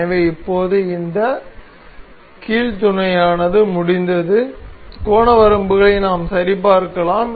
எனவே இப்போது இந்த கீல் துணையானது முடிந்தது கோண வரம்புகளை நாம் சரிபார்க்கலாம்